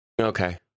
okay